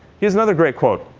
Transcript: here's another great quote.